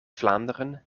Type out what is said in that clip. vlaanderen